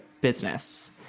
business